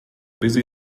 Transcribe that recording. busy